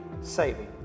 saving